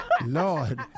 Lord